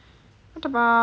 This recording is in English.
what about